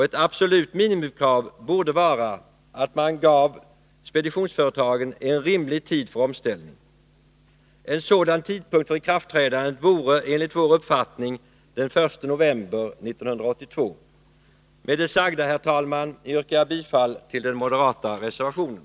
Ett absolut minimikrav borde vara att man gav speditionsföretagen en rimlig tid för omställning. En sådan tidpunkt för ikraftträdandet vore enligt vår uppfattning den 1 november 1982. Med det sagda, herr talman, yrkar jag bifall till den moderata reservationen.